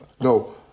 no